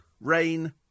rain